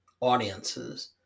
audiences